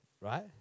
right